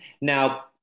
now